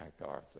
MacArthur